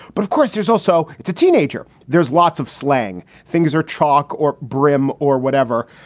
but of course there's also it's a teenager. there's lots of slang. things are chalk or brim or whatever.